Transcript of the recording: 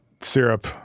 syrup